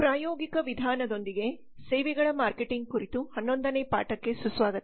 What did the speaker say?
ಪ್ರಾಯೋಗಿಕ ವಿಧಾನದೊಂದಿಗೆ ಸೇವೆಗಳ ಮಾರ್ಕೆಟಿಂಗ್ ಕುರಿತು 11 ನೇ ಪಾಠಕ್ಕೆ ಸುಸ್ವಾಗತ